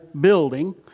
building